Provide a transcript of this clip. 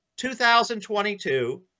2022